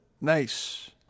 Nice